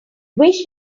wish